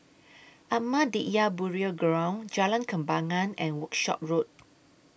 Ahmadiyya Burial Ground Jalan Kembangan and Workshop Road